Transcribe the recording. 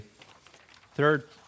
third